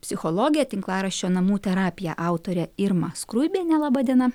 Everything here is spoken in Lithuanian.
psichologė tinklaraščio namų terapija autore irma skruibienė laba diena